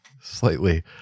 slightly